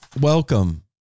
welcome